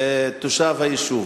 תושב היישוב,